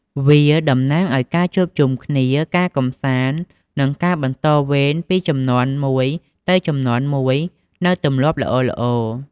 វាតំណាងឱ្យការជួបជុំគ្នា ការកម្សាន្ត និងការបន្តវេនពីជំនាន់មួយទៅជំនាន់មួយនូវទម្លាប់ល្អៗ។